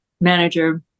manager